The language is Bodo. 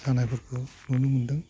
जानायफोरखौ नुनो मोनदों